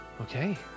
Okay